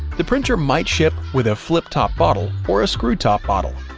the printer might ship with a flip-top bottle or a screw-top bottle.